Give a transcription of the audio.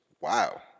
Wow